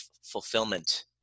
fulfillment